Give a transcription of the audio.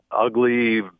ugly